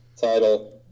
title